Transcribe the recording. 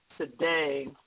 today